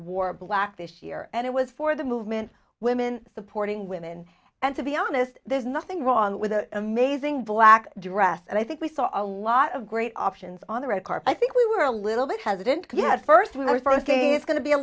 wore black this year and it was for the movement women supporting women and to be honest there's nothing wrong with the amazing black dress and i think we saw a lot of great options on the red carpet i think we were a little bit hesitant at first when our first game is going to be a